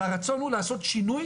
והרצון הוא לעשות שינוי